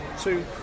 two